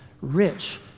rich